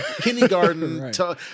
kindergarten